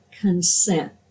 consent